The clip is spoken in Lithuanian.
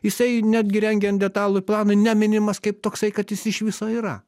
jisai netgi rengiant detalųjį planą neminimas kaip toksai kad jis iš viso yra